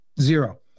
Zero